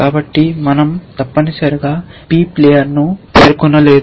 కాబట్టి మనంతప్పనిసరిగా p ప్లేయర్ను పేర్కొనలేదు